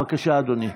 בבקשה, אדוני.